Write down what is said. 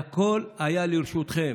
והכול היה לרשותכם.